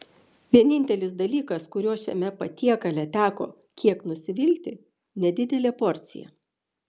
vienintelis dalykas kuriuo šiame patiekale teko kiek nusivilti nedidelė porcija